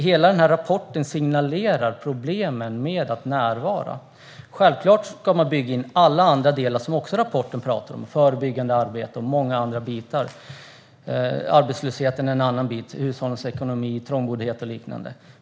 Hela den här rapporten signalerar problemen med att närvara. Självklart ska man bygga in även alla andra delar som det talas om i rapporten: förebyggande arbete och många andra bitar, såsom arbetslösheten, hushållens ekonomi, trångboddhet och liknande.